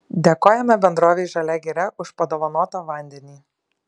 dėkojame bendrovei žalia giria už padovanotą vandenį